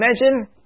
imagine